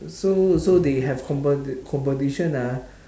so so they have compe~ competition ah